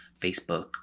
Facebook